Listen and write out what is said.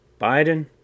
Biden